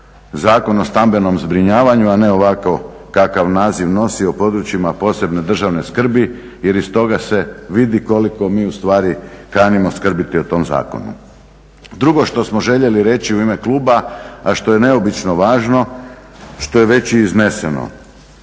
Zakon o stambenom zbrinjavanju, a ne ovako kakav naziv nosi o područjima posebne državne skrbi, jer iz toga se vidi koliko mi u stvari kanimo skrbiti o tom zakonu. Drugo što smo željeli reći u ime kluba, a što je neobično važno, što je već i izneseno.